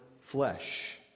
flesh